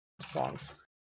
songs